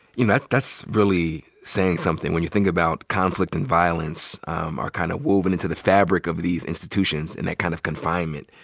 you know, that's really saying something when you think about conflict and violence are kind of woven into the fabric of these institutions in that kind of confinement.